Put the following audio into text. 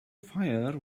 fire